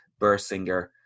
Bursinger